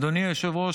אדוני היושב-ראש,